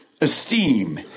esteem